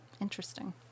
Interesting